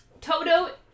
Toto